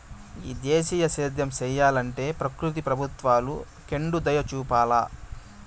ఈ దేశీయ సేద్యం సెయ్యలంటే ప్రకృతి ప్రభుత్వాలు కెండుదయచూపాల